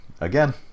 Again